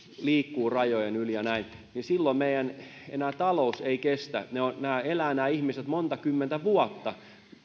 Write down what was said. liikkuu rajojen yli ja näin silloin meidän talous ei enää kestä nämä ihmiset elävät monta kymmentä vuotta